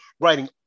writing